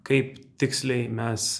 kaip tiksliai mes